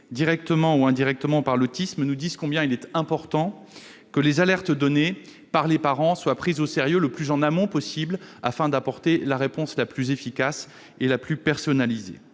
directement ou indirectement par l'autisme nous disent combien il est important que les alertes données par les parents soient prises au sérieux le plus en amont possible, afin que l'on puisse apporter la réponse la plus efficace et la plus personnalisée.